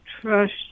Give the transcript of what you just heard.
trust